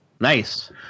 nice